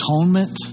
atonement